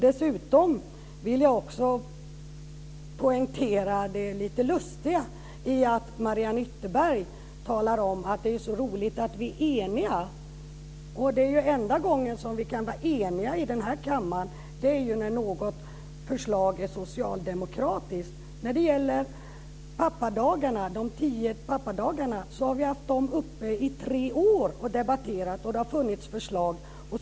Dessutom vill jag poängtera det lite lustiga i att Mariann Ytterberg talar om att det är så roligt att vi är eniga. Den enda gång vi kan vara eniga i kammaren är när ett förslag är socialdemokratiskt. De tio pappadagarna har vi haft uppe och debatterat i tre år. Det har funnits förslag.